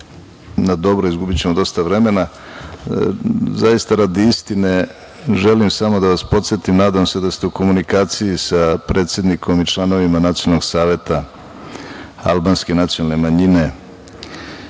na dobro, izgubićemo dosta vremena, zaista radi istine, želim samo da vas podsetim, nadam se da ste u komunikaciji sa predsednikom i članovima Nacionalnog saveta albanske nacionalne manjine